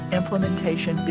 implementation